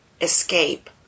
escape